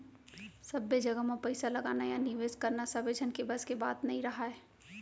सब्बे जघा म पइसा लगाना या निवेस करना सबे झन के बस के बात नइ राहय